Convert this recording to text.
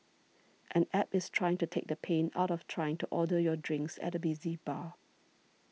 an App is trying to take the pain out of trying to order your drinks at a busy bar